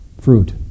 fruit